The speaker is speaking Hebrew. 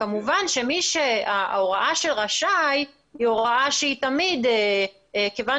כמובן שההוראה של 'רשאי' היא הוראה שתמיד כיוון